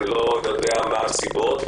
אני לא יודע מה הסיבות.